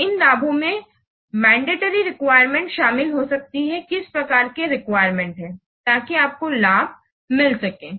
तो इन लाभों में मंदतोर्य रेक्विरेमेंट शामिल हो सकती है किस प्रकार की रेक्विरेमेंट हैं ताकि आपको लाभ मिल सके